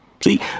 See